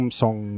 song